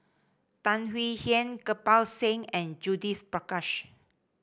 Tan Swie Hian Kirpal Singh and Judith Prakash